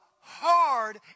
hard